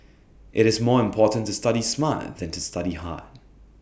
IT is more important to study smart than to study hard